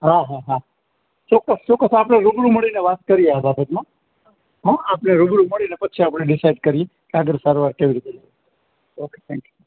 હાં હાં હાં ચોક્કસ ચોક્કસ આપડે રૂબરૂ મળીને વાત કરીએ આ બાબતમાં હં આપડે રૂબરૂ મળીને પછી આપડે ડીસાઈડ કરીએ કે આગળ સારવાર કેવી રીતે ઓકે થેંક્યું